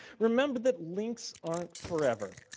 remember that links aren't forever.